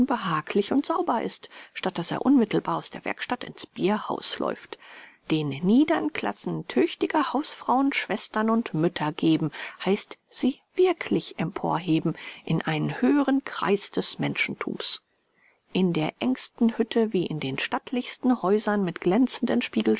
behaglich und sauber ist statt daß er unmittelbar aus der werkstatt in's bierhaus läuft den niedern klassen tüchtige hausfrauen schwestern und mütter geben heißt sie wirklich emporheben in einen höhern kreis des menschenthums in der engsten hütte wie in den stattlichsten häusern mit glänzenden